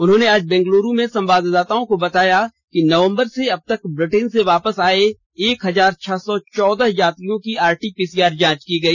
उन्होंने आज बेंगलुरु में संवाददाताओं को बताया कि नवम्बर से अब तक ब्रिटेन से वापस आए एक हजार छः सौ चौदह यात्रियों की आरटी पीसीआर जांच की गई